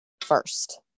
first